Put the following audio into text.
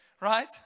right